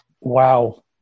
Wow